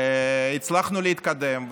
והצלחנו להתקדם,